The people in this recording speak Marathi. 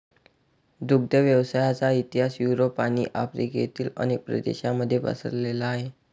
दुग्ध व्यवसायाचा इतिहास युरोप आणि आफ्रिकेतील अनेक प्रदेशांमध्ये पसरलेला आहे